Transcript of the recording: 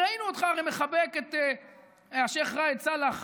הרי ראינו אותך מחבק את השייח' ראאד סלאח,